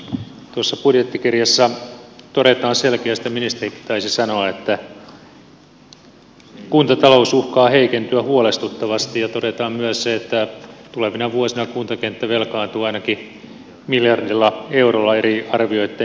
tuossa budjettikirjassa todetaan selkeästi ja ministerikin taisi sanoa että kuntatalous uhkaa heikentyä huolestuttavasti ja todetaan myös se että tulevina vuosina kuntakenttä velkaantuu ainakin miljardilla eurolla eri arvioitten mukaan